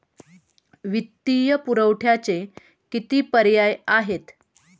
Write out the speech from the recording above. वित्तीय पुरवठ्याचे किती पर्याय आहेत का?